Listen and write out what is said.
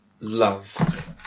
love